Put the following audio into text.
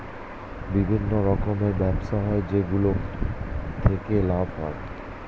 বিভিন্ন রকমের ব্যবসা হয় যেগুলো থেকে লাভ হয়